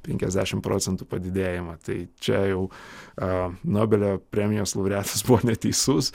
penkiasdešimt procentų padidėjimą tai čia jau nobelio premijos laureatas buvo neteisus